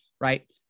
Right